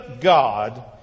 God